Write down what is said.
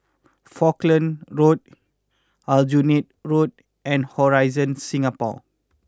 Falkland Road Aljunied Road and Horizon Singapore